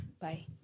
Bye